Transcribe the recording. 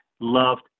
loved